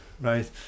Right